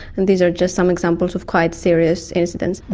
and these are just some examples of quite serious incidents.